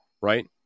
right